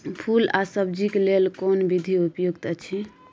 फूल आ सब्जीक लेल कोन विधी उपयुक्त अछि?